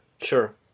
Sure